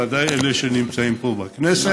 ודאי אלה שנמצאים בכנסת,